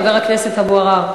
חבר הכנסת אבו עראר.